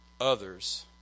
others